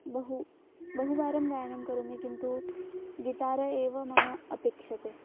बहु बहुवारं गायनं करोमि किन्तु गिटार एव मम अपेक्षते